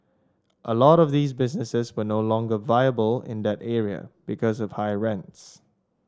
a lot of these businesses were no longer viable in that area because of higher rents